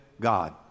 God